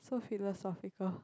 too philosophical